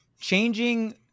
changing